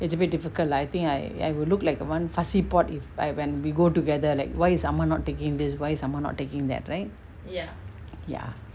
it's very difficult like I think I will look like a one fussy pok if like when we go together like why is someone not taking this why is someone not taking that right ya